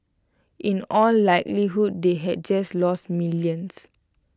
in all likelihood they had just lost millions